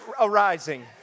arising